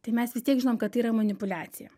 tai mes vis tiek žinom kad tai yra manipuliacija